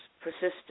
persisted